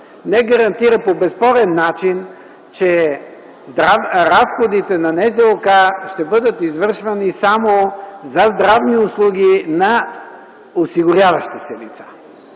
Не гарантира по безспорен начин, че разходите на НЗОК ще бъдат извършвани само за здравни услуги на осигуряващи се лица.